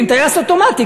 עם טייס אוטומטי,